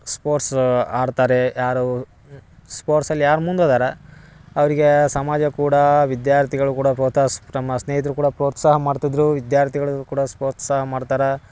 sports ಆಡ್ತಾರೆ ಯಾರು ಸ್ಪೋರ್ಟ್ಸಲ್ಲಿ ಯಾರು ಮುಂದೆ ಅದಾರ ಅವ್ರ್ಗೇ ಸಮಾಜ ಕೂಡ ವಿದ್ಯಾರ್ಥಿಗಳು ಕೂಡ ಪ್ರೋತ್ಸಾಹ ನಮ್ಮ ಸ್ನೇಹಿತರು ಕೂಡ ಪ್ರೋತ್ಸಾಹ ಮಾಡ್ತಿದ್ದರು ವಿದ್ಯಾರ್ಥಿಗಳಿಗೂ ಕೂಡ ಪ್ರೋತ್ಸಾಹ ಮಾಡ್ತಾರೆ